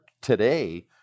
today